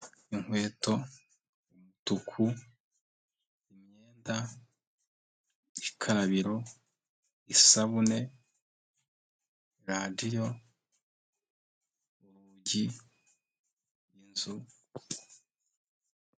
Inkweto umutuku, imyenda, ikarabiro, isabune, radiyo, urugi, inzu.